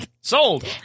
Sold